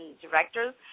directors